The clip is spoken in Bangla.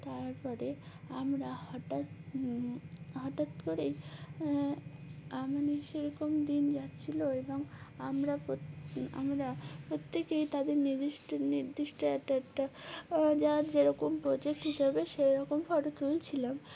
তারপরে আমরা হঠাৎ হঠাৎ করেই আমানে সেরকম দিন যাচ্ছিলো এবং আমরা আমরা প্রত্যেকেই তাদের নির্দিষ্ট নির্দিষ্ট একটা একটা যার যেরকম প্রোজেক্ট হিসাবে সেরকম ফটো তুলছিলাম